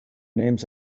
names